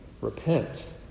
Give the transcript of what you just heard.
Repent